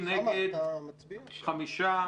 בבקשה.